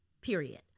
period